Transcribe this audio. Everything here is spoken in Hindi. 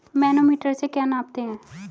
मैनोमीटर से क्या नापते हैं?